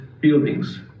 buildings